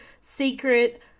secret